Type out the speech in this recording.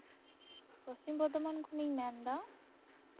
ᱯᱚᱥᱪᱷᱤᱢ ᱵᱚᱨᱫᱷᱚᱢᱟᱱ ᱠᱷᱚᱱᱤᱧ ᱢᱮᱱᱮᱫᱟ